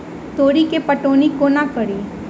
तोरी केँ पटौनी कोना कड़ी?